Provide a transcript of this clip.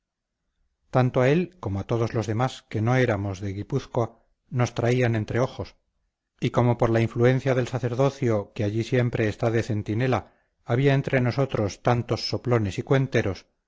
tanto a él como a todos los demás que no éramos de guipúzcoa nos traían entre ojos y como por la influencia del sacerdocio que allí siempre está de centinela había entre nosotros tantos soplones y cuenteros